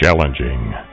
Challenging